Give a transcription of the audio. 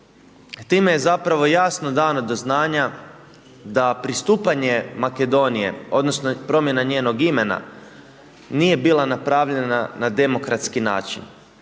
Time je zapravo jasno dano do znanja da pristupanje Makedonije odnosno promjena njenog imena, nije bila napravljana na demokratski način.